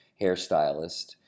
hairstylist